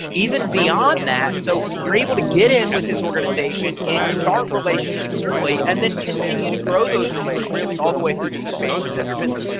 even beyond that. so you're able to get in with his organization and start relationships early and then continue to grow those relationships all the way through the expansions of your business.